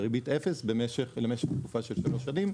בריבית 0 למשך תקופה של שלוש שנים.